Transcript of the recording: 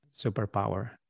Superpower